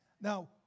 Now